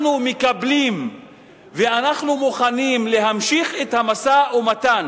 אנחנו מקבלים ואנחנו מוכנים להמשיך את המשא-ומתן